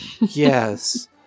Yes